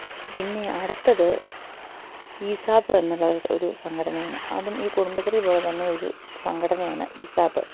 പിന്നെ അടുത്തത് ഈസാപ്പ് എന്നുള്ള ഒരു ഒരു സംഘടനയാണ് അതും ഈ കുടുംബശ്രീ പോലെ തന്നെ ഒരു സംഘടനയാണ് ഈസാപ്പ്